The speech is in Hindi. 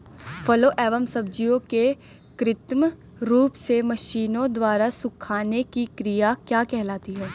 फलों एवं सब्जियों के कृत्रिम रूप से मशीनों द्वारा सुखाने की क्रिया क्या कहलाती है?